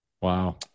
Wow